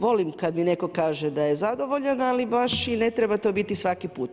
Volim kada mi netko kaže da je zadovoljan, ali baš i ne treba to biti svaki put.